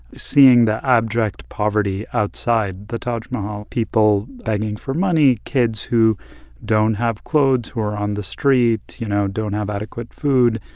seeing the abject poverty outside the taj mahal people begging for money, kids who don't have clothes, who are on the street, you know, don't have adequate food.